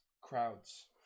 crowds